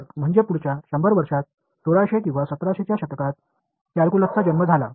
तर म्हणजे पुढच्या 100 वर्षांत 1600 किंवा 1700 च्या शतकात कॅल्क्युलसचा जन्म झाला